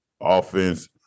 offense